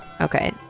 Okay